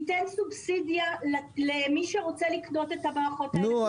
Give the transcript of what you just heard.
תיתן סובסידיה למי שרוצה לקנות את המערכות הללו,